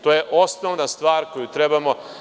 To je osnovna stvar koju trebamo.